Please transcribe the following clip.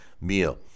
meal